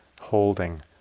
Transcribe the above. holding